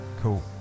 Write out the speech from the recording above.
cool